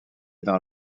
dans